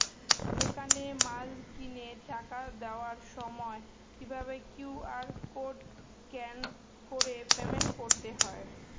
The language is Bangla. দোকানে মাল কিনে টাকা দেওয়ার সময় কিভাবে কিউ.আর কোড স্ক্যান করে পেমেন্ট করতে হয়?